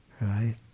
right